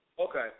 Okay